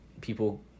people